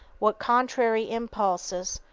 what contrary impulses,